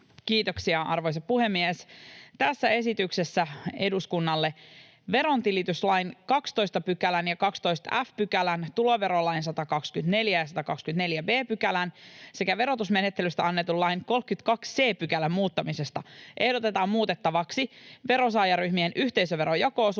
Kiitoksia, arvoisa puhemies! Tässä esityksessä eduskunnalle verontilityslain 12 ja 12 f §:n, tuloverolain 124 ja 124 b §:n sekä verotusmenettelystä annetun lain 32 c §:n muuttamisesta ehdotetaan muutettavaksi veronsaajaryhmien yhteisöveron jako-osuuksia